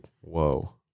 Whoa